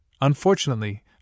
unfortunately